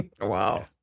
Wow